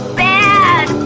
bad